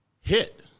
hit